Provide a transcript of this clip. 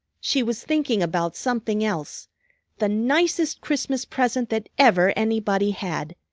she was thinking about something else the nicest christmas present that ever anybody had.